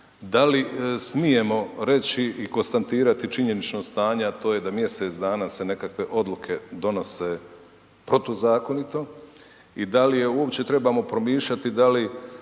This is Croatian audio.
da li smijemo reći i konstatirati činjenično stanje, a to je da mjesec dana se nekakve odluke donose protuzakonito i da li je uopće trebamo promišljati da li